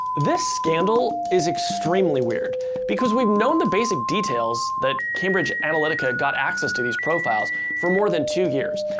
this scandal is extremely weird because we've known the basic details that cambridge analytica got access to these profiles for more than two years.